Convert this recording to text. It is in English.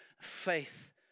faith